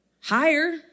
higher